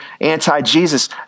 anti-Jesus